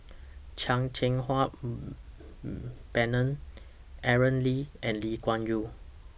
Chan Cheng Wah Bernard Aaron Lee and Lee Kuan Yew